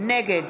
נגד